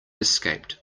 escaped